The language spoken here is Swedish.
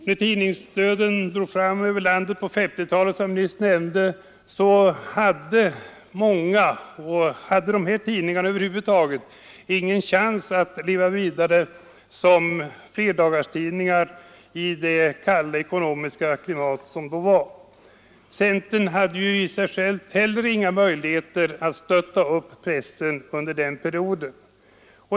När tidningsdöden, som jag nyss nämnt, drog fram över landet på 1950-talet hade de tidningarna över huvud taget ingen chans att leva vidare som flerdagarstidningar i det kalla ekonomiska klimat som då rådde. Centern hade heller inga möjligheter att stötta upp pressen under den perioden.